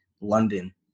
London